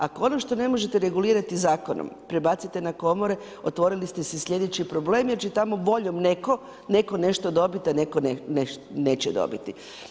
Ako ono što ne možete regulirati zakonom prebacite na komore otvorili ste si sljedeći problem, jer će tamo voljom netko, netko nešto dobiti a netko nešto neće dobiti.